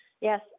yes